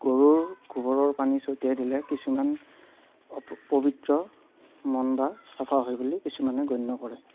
গৰুৰ গোবৰৰ পানী ছটিয়াই দিলে কিছুমান অপবিত্ৰ মন বা চাফা হয় বুলি কিছুমানে গণ্য কৰে